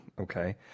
okay